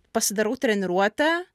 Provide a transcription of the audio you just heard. pasidarau treniruotę